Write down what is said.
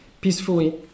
peacefully